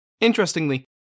Interestingly